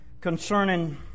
concerning